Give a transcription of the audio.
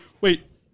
Wait